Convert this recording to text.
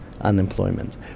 unemployment